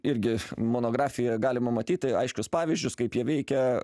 irgi monografijoje galima matyti aiškius pavyzdžius kaip jie veikia